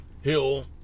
Hill